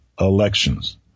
elections